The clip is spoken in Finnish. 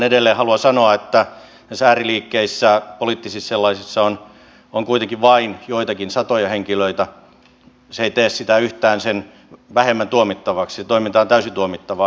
edelleen haluan sanoa että näissä ääriliikkeissä poliittisissa sellaisissa on kuitenkin vain joitakin satoja henkilöitä se ei tee sitä yhtään sen vähemmän tuomittavaksi se toiminta on täysin tuomittavaa